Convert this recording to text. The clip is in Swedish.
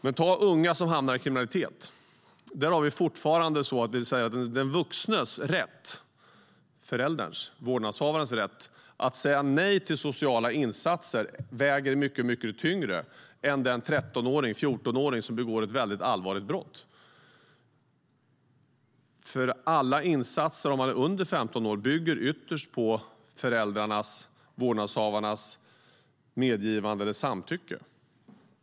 Den vuxnes, förälderns, vårdnadshavarens, rätt att säga nej till sociala insatser väger mycket tyngre än den 13-14-åring som begår ett allvarligt brott. Om man är under 15 år bygger alla insatser ytterst på föräldrarnas, vårdnadshavarnas, medgivande eller samtycke.